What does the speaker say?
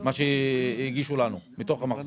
מה שהגישו לנו מתוך המחזור.